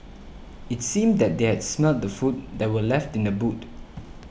it seemed that they had smelt the food that were left in the boot